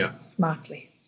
smartly